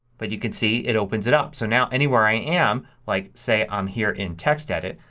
but you could see it opens it up. so now anywhere i am, like say i'm here in textedit,